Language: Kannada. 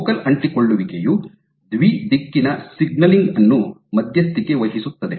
ಫೋಕಲ್ ಅಂಟಿಕೊಳ್ಳುವಿಕೆಯು ದ್ವಿ ದಿಕ್ಕಿನ ಸಿಗ್ನಲಿಂಗ್ ಅನ್ನು ಮಧ್ಯಸ್ಥಿಕೆ ವಹಿಸುತ್ತದೆ